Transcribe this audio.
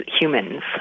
humans